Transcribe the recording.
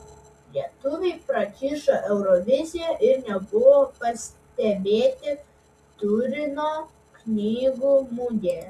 lietuviai prakišo euroviziją ir nebuvo pastebėti turino knygų mugėje